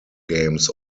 games